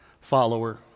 follower